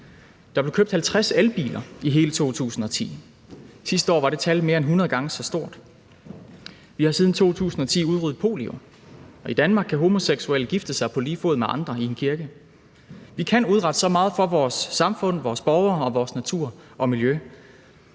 Der blev købt 50 elbiler i hele 2010, sidste år var tallet mere end 100 gange så stort. Vi har siden 2010 udryddet polio, og i Danmark kan homoseksuelle gifte sig på lige fod med andre i en kirke. Vi kan udrette så meget for vores samfund, vores borgere og vores natur og miljø.